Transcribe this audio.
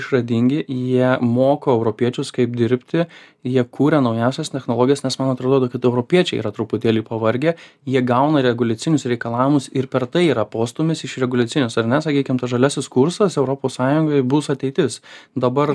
išradingi jie moko europiečius kaip dirbti jie kuria naujausias technologijas nes man atrodo kad europiečiai yra truputėlį pavargę jie gauna reguliacinius reikalavimus ir per tai yra postūmis iš reguliacinės ar ne sakykim tas žaliasis kursas europos sąjungoje bus ateitis dabar